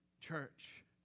church